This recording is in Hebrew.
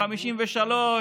53,